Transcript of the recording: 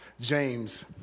James